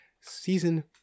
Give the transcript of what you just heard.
season